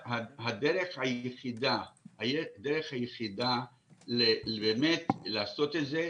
הדרך היחידה באמת לעשות את זה,